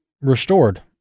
restored